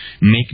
make